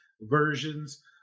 versions